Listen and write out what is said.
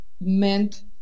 meant